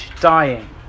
dying